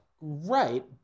Right